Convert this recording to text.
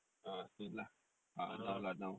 ah soon lah now ah now